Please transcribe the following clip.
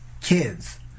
kids